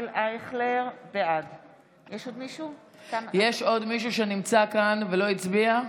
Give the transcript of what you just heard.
בעד יש עוד מישהו שנמצא כאן ולא הצביע?